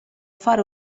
fare